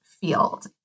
field